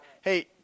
Hey